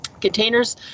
containers